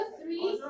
three